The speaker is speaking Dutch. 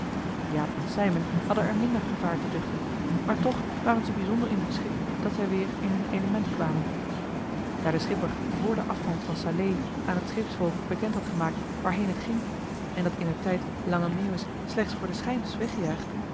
jaap en sijmen hadden er minder gevaar te duchten maar toch waren joh h been paddeltje de scheepsjongen van michiel de ruijter ze bijzonder in hun schik dat zij weer in hun element kwamen daar de schipper vr de afvaart van salé aan het scheepsvolk bekend had gemaakt waarheen het ging en dat indertijd lange meeuwis slechts voor den schijn was weggejaagd